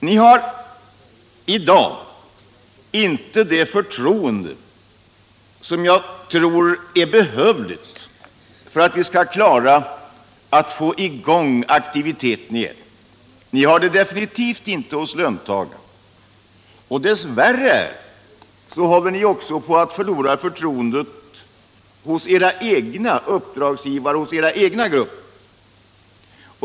Ni har I dag inte det förtroende som jag tror är behövligt för att vi skall klara av att få i gång aktiviteten igen. Ni har det definitivt inte hos löntagarna. Dess värre håller ni också på att förlora förtroendet hos era cgna uppdragsgivare, hos era egna grupper.